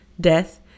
death